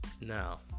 now